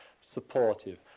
supportive